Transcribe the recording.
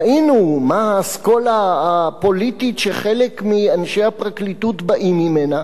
ראינו מה האסכולה הפוליטית שחלק מאנשי הפרקליטות באים ממנה.